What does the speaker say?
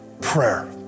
prayer